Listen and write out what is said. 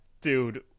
dude